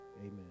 Amen